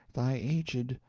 thy aged,